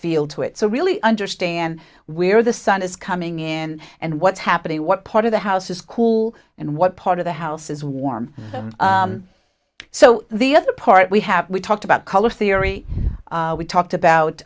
feel to it so really understand where the sun is coming in and what's happening what part of the house is cool and what part the house is warm so the other part we have we talked about color theory we talked about